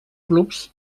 clubs